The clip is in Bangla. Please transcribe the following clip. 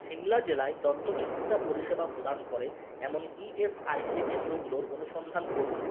সিমলা জেলায় দন্তচিকিৎসা পরিষেবা প্রদান করে এমন ইএসআইসি কেন্দ্রগুলোর অনুসন্ধান করুন